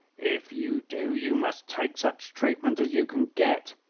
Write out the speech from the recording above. if you do you must take such treatment as you can get.